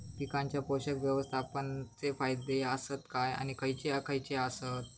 पीकांच्या पोषक व्यवस्थापन चे फायदे आसत काय आणि खैयचे खैयचे आसत?